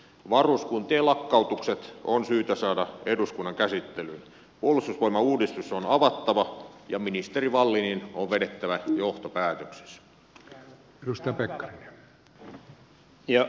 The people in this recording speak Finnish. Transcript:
varuskuntien lakkautukset on syytä saada eduskunnan käsittelyyn puolustusvoimauudistus on avattava ja ministeri wallinin on vedettävä johtopäätöksensä